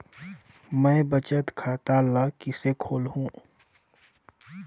मैं बचत खाता ल किसे खोलूं?